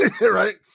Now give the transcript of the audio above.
right